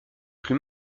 plus